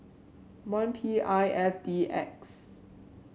one P I F D X